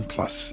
Plus